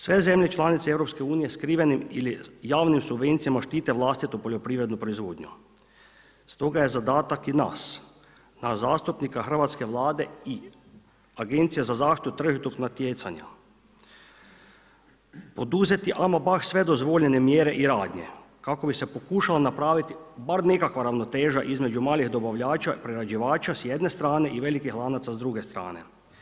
Sve zemlje članice EU skrivenim ili javnim subvencijama štite vlastitu poljoprivrednu proizvodnju, stoga je zadatak i nas, nas zastupnika, hrvatske Vlade i Agencije za zaštitu tržišnog natjecanja poduzeti ama baš sve dozvoljene mjere i radnje kako bi se pokušala napraviti bar nekakva ravnoteža između malih dobavljača prerađivača s jedne strane i velikih lanaca s druge strane.